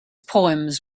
poems